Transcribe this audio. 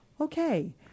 okay